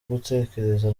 gutekereza